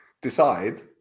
decide